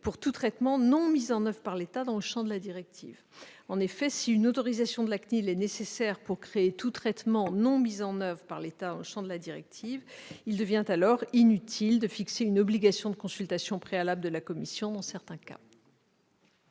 pour tout traitement non mis en oeuvre par l'État dans le champ de la directive. En effet, si une autorisation de la CNIL est nécessaire pour créer tout traitement non mis en oeuvre par l'État dans le champ de la directive, il devient inutile de fixer une obligation de consultation préalable dans certains cas